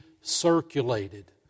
circulated